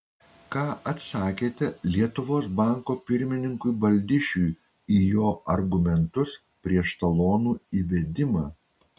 ką atsakėte lietuvos banko pirmininkui baldišiui į jo argumentus prieš talonų įvedimą